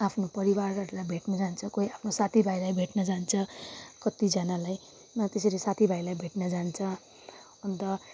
आफ्नो परिवारहरूलाई भेट्नु जान्छ कोही आफ्नो साथीभाइलाई भेट्न जान्छ कतिजानालाई त्यसरी साथीभाइलाई भेट्न जान्छ अन्त